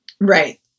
Right